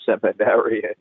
seminarian